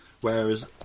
Whereas